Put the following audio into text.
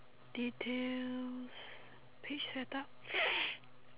details page set up